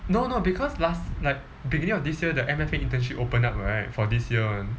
no no because last like beginning of this year the M_F_A internship open up right for this year [one]